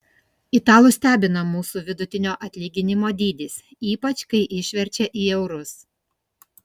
italus stebina mūsų vidutinio atlyginimo dydis ypač kai išverčia į eurus